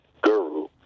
guru